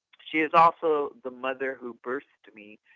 she is also the mother who birthed me.